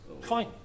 Fine